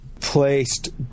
placed